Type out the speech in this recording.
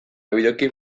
bideoklip